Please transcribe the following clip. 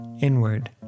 inward